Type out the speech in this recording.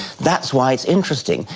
that's why it's interesting.